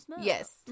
yes